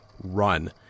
Run